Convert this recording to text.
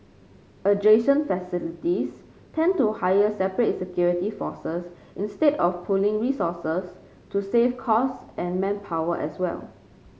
adjacent facilities tend to hire separate security forces instead of pooling resources to save costs and manpower as well